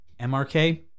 MRK